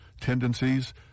tendencies